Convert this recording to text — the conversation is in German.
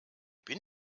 bin